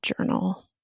journal